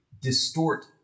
distort